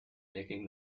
making